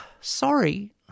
sorry